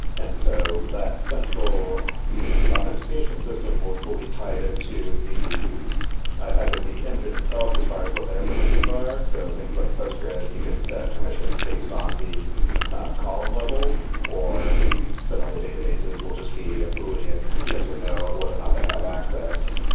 and so that central authentication system will will be tied into either the engine itself as far as what their permissions are. so, things like postgres, you can set permissions based on the column level or some other databases will just be a boolean yes or no of whether or not they have access.